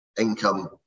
income